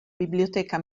biblioteca